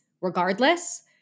regardless